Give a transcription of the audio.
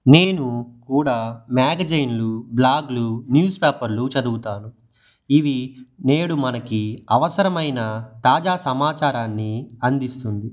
నేను కూడా మ్యాగజైన్లు బ్లాగ్లు న్యూస్ పేపర్లు చదువుతాను ఇవి నేడు మనకి అవసరమైన తాజా సమాచారాన్ని అందిస్తుంది